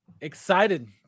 Excited